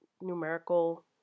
numerical